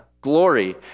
glory